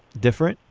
different.